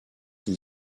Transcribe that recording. qui